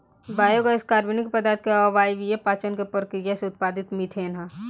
biogas कार्बनिक पदार्थ के अवायवीय पाचन के प्रक्रिया से उत्पादित मिथेन ह